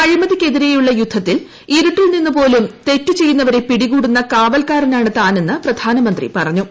അഴിമതിക്കെതിരെയുള്ള യുദ്ധത്തിൽ ഇരുട്ടിൽ നിന്ന് പോലും തെറ്റു ചെയ്യുന്നവരെ പിടികൂടുന്ന കാവൽക്കാരനാണ് താനെന്ന് പ്രധാനമന്ത്രി പറഞ്ഞു